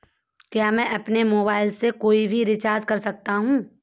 क्या मैं अपने मोबाइल से कोई भी रिचार्ज कर सकता हूँ?